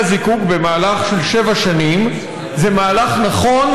הזיקוק במהלך של שבע שנים זה מהלך נכון,